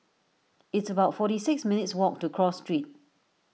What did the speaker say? it's about forty six minutes' walk to Cross Street